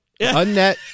Unnet